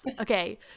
Okay